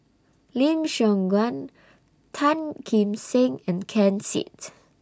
Lim Siong Guan Tan Kim Seng and Ken Seet